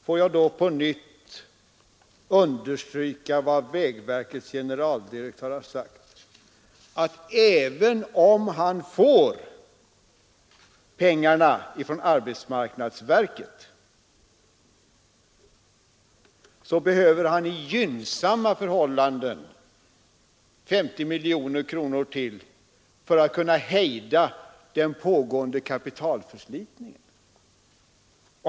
Då vill jag på nytt understryka vad vägverkets generaldirektör sagt, nämligen att även om han får pengarna från arbetsmarknadsverket, så behöver han under gynnsamma förhållanden ytterligare 50 miljoner kronor för att kunna hejda den pågående kapitalförslitningen.